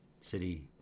city